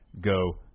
go